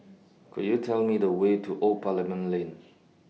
Could YOU Tell Me The Way to Old Parliament Lane